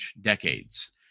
decades